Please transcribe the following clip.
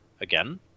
again